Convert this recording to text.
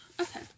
Okay